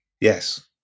Yes